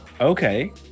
Okay